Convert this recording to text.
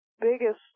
biggest